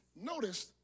Notice